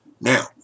now